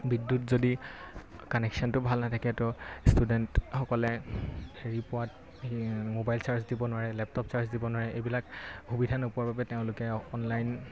বিদ্যুৎ যদি কানেকচনটো ভাল নাথাকে ত' ষ্টুডেণ্টসকলে হেৰি পোৱাত এই মোবাইল চাৰ্জ দিব নোৱাৰে লেপটপ চাৰ্জ দিব নোৱাৰে এইবিলাক সুবিধা নোপোৱাৰ বাবে তেওঁলোকে অনলাইন